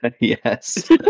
Yes